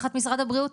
תחת משרד הבריאות.